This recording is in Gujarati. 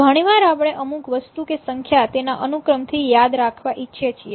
ઘણીવાર આપણે અમુક વસ્તુ કે સંખ્યા તેના અનુક્રમ થી યાદ રાખવા ઈચ્છીએ છીએ